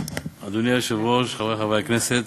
אדוני היושב-ראש, חברי חברי הכנסת,